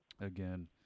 Again